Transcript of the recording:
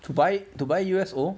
to buy to buy U_S_O